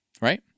Right